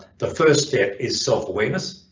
the first step is self-awareness,